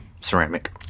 Ceramic